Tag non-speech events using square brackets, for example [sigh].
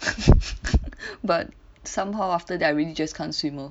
[laughs] but somehow after diving really just can't swim lor